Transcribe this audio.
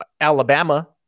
Alabama